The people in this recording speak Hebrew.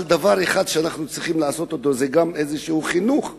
אבל דבר אחד שאנחנו צריכים לעשות זה גם איזה חינוך בבתי-הספר.